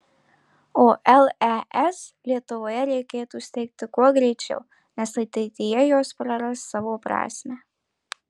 o lez lietuvoje reikėtų steigti kuo greičiau nes ateityje jos praras savo prasmę